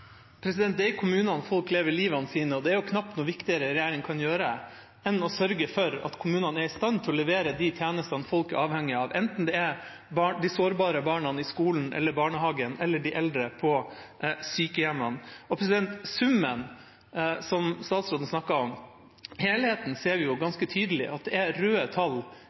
Det er i kommunene folk lever livet sitt, og det er knapt noe viktigere regjeringa kan gjøre enn å sørge for at kommunene er i stand til å levere de tjenestene folk er avhengig av, enten det er de sårbare barna i skolen eller barnehagen eller de eldre på sykehjemmene. «Summen», som statsråden snakker om: Helheten ser vi jo ganske tydelig, det er røde tall